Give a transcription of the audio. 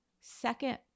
second